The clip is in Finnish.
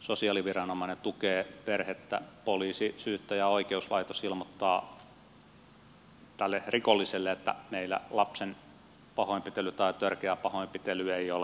sosiaaliviranomainen tukee perhettä poliisi syyttäjä oikeuslaitos ilmoittaa rikolliselle että meillä lapsen pahoinpitely tai törkeä pahoinpitely ei ole sallittua